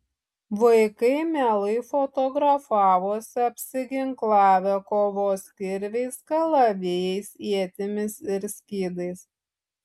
vaikai mielai fotografavosi apsiginklavę kovos kirviais kalavijais ietimis ir skydais